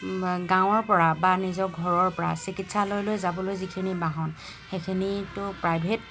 গাঁৱৰপৰা বা নিজৰ ঘৰৰপৰা চিকিৎসালয়লৈ যাবলৈ যিখিনি বাহন সেইখিনিটো প্ৰাইভেট